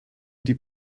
die